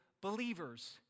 believers